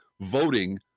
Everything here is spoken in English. voting